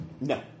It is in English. No